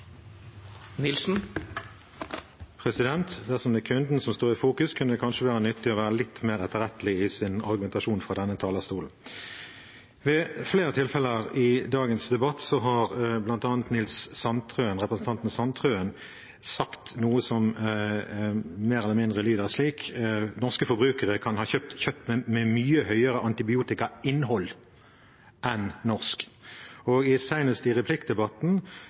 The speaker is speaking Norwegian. kunden som står i fokus, kunne det kanskje være nyttig å være litt mer etterrettelig i sin argumentasjon fra denne talerstolen. Ved flere tilfeller i dagens debatt har bl.a. representanten Sandtrøen sagt noe som mer eller mindre lyder slik: Norske forbrukere kan ha kjøpt kjøtt med mye høyere antibiotikainnhold enn norsk kjøtt, og senest i replikkdebatten